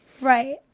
Right